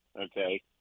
okay